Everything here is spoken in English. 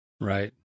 Right